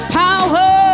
power